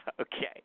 Okay